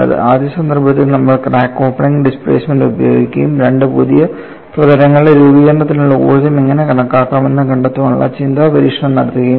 ആദ്യ സന്ദർഭത്തിൽ നമ്മൾ ക്രാക്ക് ഓപ്പണിംഗ് ഡിസ്പ്ലേസ്മെന്റ് ഉപയോഗിക്കുകയും രണ്ട് പുതിയ പ്രതലങ്ങളുടെ രൂപീകരണത്തിനുള്ള ഊർജ്ജം എങ്ങനെ കണക്കാക്കാമെന്ന് കണ്ടെത്താനുള്ള ചിന്താ പരീക്ഷണം നടത്തുകയും ചെയ്തു